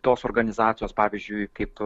tos organizacijos pavyzdžiui kaip